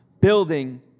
building